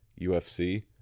UFC